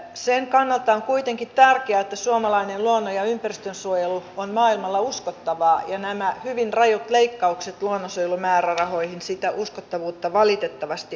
sen kannalta on kuitenkin tärkeää että suomalainen luonnon ja ympäristönsuojelu on maailmalla uskottavaa ja nämä hyvin rajut leikkaukset luonnonsuojelun määrärahoihin sitä uskottavuutta valitettavasti heikentävät